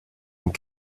and